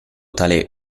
tale